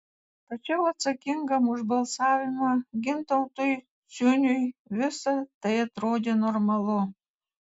tačiau atsakingam už balsavimą gintautui ciuniui visa tai atrodė normalu